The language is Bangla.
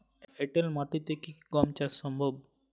এঁটেল মাটিতে কি গম চাষ সম্ভব?